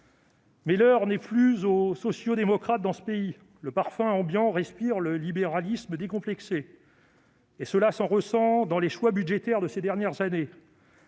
Mais l'heure n'est plus aux sociaux-démocrates dans ce pays. Le parfum ambiant respire le libéralisme décomplexé, et les choix budgétaires de ces dernières années